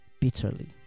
bitterly